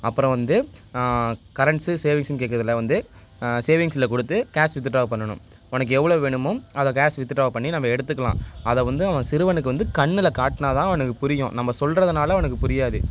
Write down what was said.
அப்பறம் வந்து கரென்ட்ஸ்சு சேவிங்ஸ்ன்னு கேட்குறதுல வந்து சேவிங்ஸில் கொடுத்து கேஷ் வித்ட்ரா பண்ணணும் உனக்கு எவ்வளோ வேணுமோ அதை கேஷ் வித்ட்ரா பண்ணி நம்ம எடுத்துக்கலாம் அதை வந்து அவன் சிறுவனுக்கு வந்து கண்ணில் காட்டுனால்தான் அவனுக்கு புரியும் நம்ம சொல்கிறதுனால அவனுக்கு புரியாது